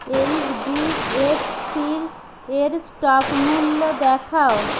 HDFC এর stock মূল্য দেখাও